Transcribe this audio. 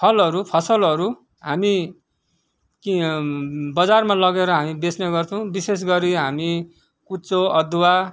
फलहरू फसलहरू हामी कि बजारमा लगेर हामी बेच्ने गर्छौँ विशेष गरी हामी कुच्चो अदुवा